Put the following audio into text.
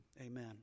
amen